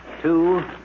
two